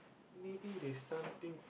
maybe they something